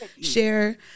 share